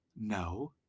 no